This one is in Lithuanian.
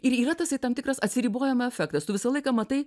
ir yra tasai tam tikras atsiribojimo efektas tu visą laiką matai